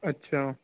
اچھا